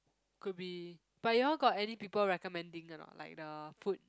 could be but you all got any people recommending or not like the food